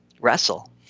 wrestle